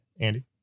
Andy